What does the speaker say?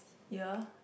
year